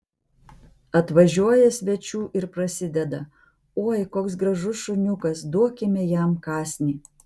atvažiuoja svečių ir prasideda oi koks gražus šuniukas duokime jam kąsnį